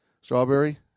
Strawberry